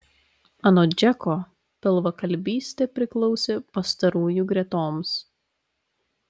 anot džeko pilvakalbystė priklausė pastarųjų gretoms